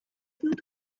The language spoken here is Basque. dut